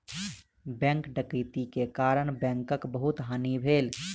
bank डकैती के कारण बैंकक बहुत हानि भेल